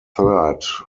third